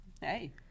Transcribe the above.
Hey